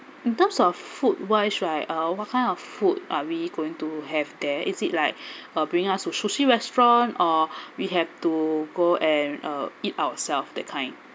in terms of food wise right uh what kind of food are we going to have there is it like uh bring us to sushi restaurant or we have to go and uh eat ourself that kind